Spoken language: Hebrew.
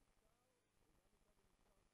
19 בדצמבר 2016,